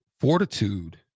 fortitude